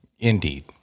Indeed